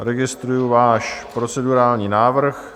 Registruji váš procedurální návrh.